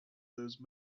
those